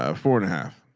ah four and a half.